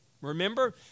Remember